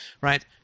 right